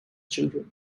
children